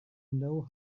know